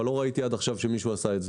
לא ראיתי עד עכשיו שמישהו עשה את זה.